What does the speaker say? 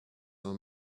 our